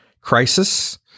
crisis